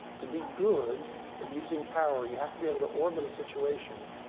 to be good at using power, you have to be able to orbit a situation,